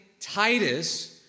Titus